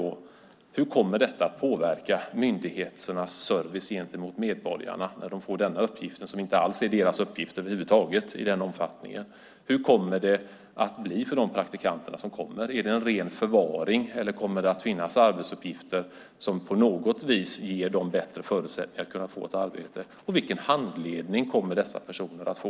Hur kommer det att påverka myndigheternas service till medborgarna när de får denna uppgift som inte över huvud taget är deras uppgift? Hur kommer det att bli för de praktikanterna? Är det ren förvaring eller kommer det att finnas arbetsuppgifter som på något vis ger dem bättre förutsättningar att få ett arbete? Vilken handledning kommer de att få?